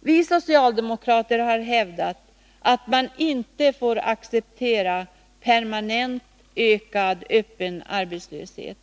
Vi socialdemokrater har hävdat att man inte får acceptera en permanent och ökad öppen arbetslöshet.